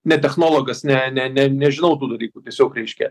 ne technologas ne ne ne nežinau tų dalykų tiesiog reiškia